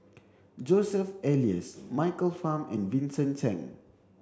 Joseph Elias Michael Fam and Vincent Cheng